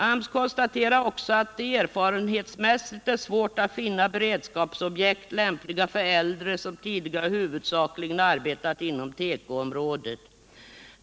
AMS konstaterar också att det erfarenhetsmässigt är svårt att finna beredskapsobjekt lämpliga för äldre som tidigare huvudsakligen har arbetat inom tekoområdet.